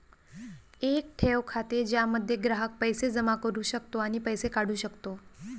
एक ठेव खाते ज्यामध्ये ग्राहक पैसे जमा करू शकतो आणि पैसे काढू शकतो